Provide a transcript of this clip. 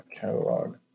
catalog